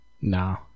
No